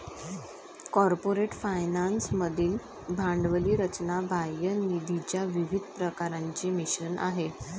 corporate finance मधील भांडवली रचना बाह्य निधीच्या विविध प्रकारांचे मिश्रण आहे